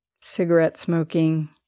cigarette-smoking